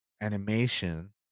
animation